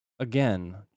Again